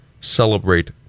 celebrate